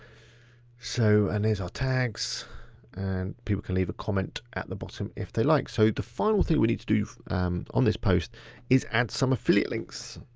so and there's our tags and people can leave a comment at the bottom if they like. so the final thing we need to do on this post is add some affiliate links.